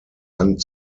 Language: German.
hand